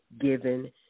given